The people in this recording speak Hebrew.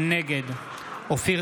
נגד אופיר